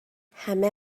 همه